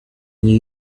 new